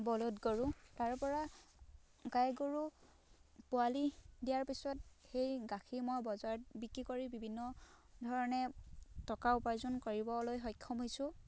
বলধ গৰু তাৰ পৰা গাই গৰু পোৱালি দিয়াৰ পিছত সেই গাখীৰ মই বজাৰত বিক্ৰী কৰি বিভিন্ন ধৰণে টকা উপাৰ্জন কৰিবলৈ সক্ষম হৈছোঁ